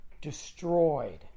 destroyed